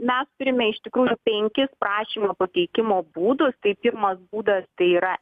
mes turime iš tikrųjų penkis prašymo pateikimo būdus tai pirmas būdas tai yra